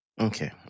Okay